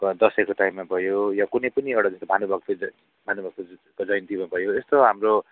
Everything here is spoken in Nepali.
दसैँको टाइममा भयो या कुनै पनि एउटा जस्तै भानुभक्त ज भानुभक्तको जयन्तीमा भयो यस्तो हाम्रो